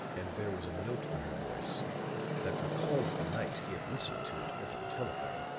and there was a note in her voice that recalled the night he had listened to it over the telephone,